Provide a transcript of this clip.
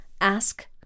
ask